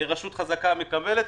שרשות חזקה מקבלת.